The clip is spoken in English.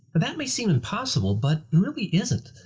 that may seem impossible, but really isn't.